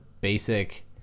basic